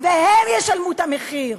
והם ישלמו את המחיר,